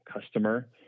customer